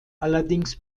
allerdings